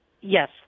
Yes